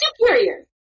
superior